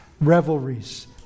revelries